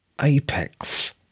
apex